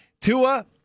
Tua